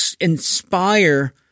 inspire